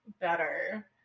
better